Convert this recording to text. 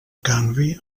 canvi